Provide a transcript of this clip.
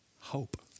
hope